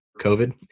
COVID